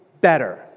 better